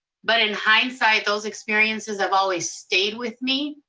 but in hindsight, those experiences have always stayed with me.